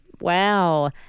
Wow